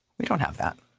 we don't have that.